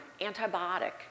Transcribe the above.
antibiotic